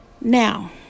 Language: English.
now